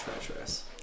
treacherous